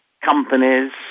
companies